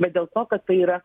bet dėl to kad tai yra